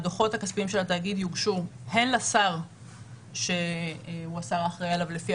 הדוחות הכספיים של התאגיד יוגשו הן לשר שהוא השר האחראי עליו לפי